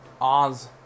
Oz